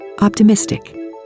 optimistic